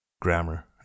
grammar